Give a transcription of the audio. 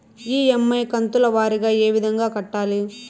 EMI కంతుల వారీగా ఏ విధంగా కట్టాలి